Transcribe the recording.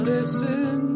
listen